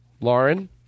Lauren